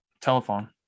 telephone